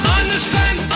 understand